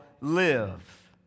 live